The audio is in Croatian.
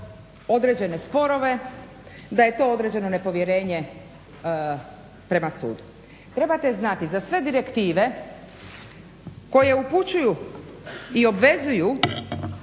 određene sporove, da je to određeno nepovjerenje prema sudu. Trebate znati za sve direktive koje upućuju i obvezuju